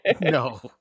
no